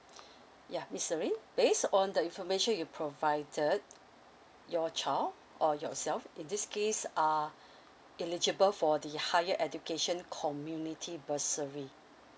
ya miss serene based on the information you provided your child or yourself in this case are eligible for the higher education community bursary